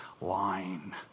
line